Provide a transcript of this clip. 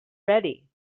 ready